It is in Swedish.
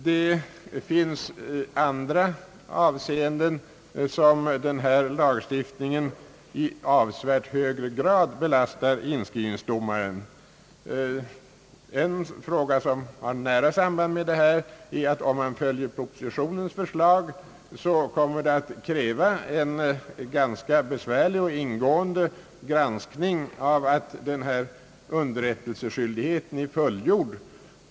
Den föreslagna lagstiftningen belastar i andra avseenden inskrivningsdomaren i avsevärt högre grad. En sak som har nära samband med denna fråga är att det enligt propositionens förslag kommer att krävas en ganska besvärlig och ingående granskning av att underrättelseskyldigheten är fullgjord.